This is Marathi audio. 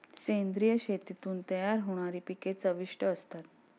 सेंद्रिय शेतीतून तयार होणारी पिके चविष्ट असतात